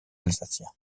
alsacien